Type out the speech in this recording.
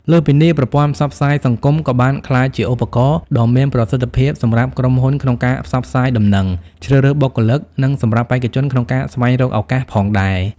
លើសពីនេះ ប្រព័ន្ធផ្សព្វផ្សាយសង្គម ក៏បានក្លាយជាឧបករណ៍ដ៏មានប្រសិទ្ធភាពសម្រាប់ក្រុមហ៊ុនក្នុងការផ្សព្វផ្សាយដំណឹងជ្រើសរើសបុគ្គលិក និងសម្រាប់បេក្ខជនក្នុងការស្វែងរកឱកាសផងដែរ។